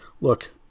look